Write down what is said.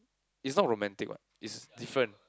is not romantic [what] it's different